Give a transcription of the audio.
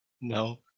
No